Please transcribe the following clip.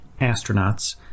astronauts